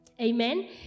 Amen